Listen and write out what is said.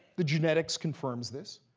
the genetics confirms this.